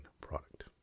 product